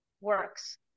works